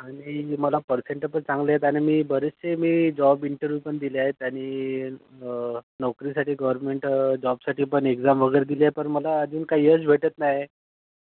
आणि मला पर्सेंटे पण चांगले आहेत आणि मी बरेचसे मी जॉब इंटरव्ह्यू पण दिले आहेत आणि नोकरीसाठी गवर्मेंट जॉबसाठी पण एक्झाम वगैरे दिली आहे पण मला अजून काही यश भेटत नाही